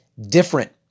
different